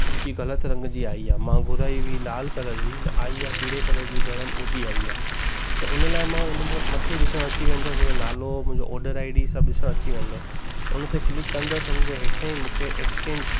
जेकी ग़लत रंग जी आई आहे मां घुराई हुई लाल कलर जी आई आहे पीले कलर जी गरम हुडी आई आहे त उन लाइ मां उन में मथे ॾिसणु अची वेंदो मुंहिंजो नालो मुंहिंजो ऑडर आई डी सभु ॾिसणु अची वेंदो उन ते क्लिक कंदसि उनजे हेठियां ई मूंखे एक्सचेंज